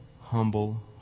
humble